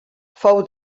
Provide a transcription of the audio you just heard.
fou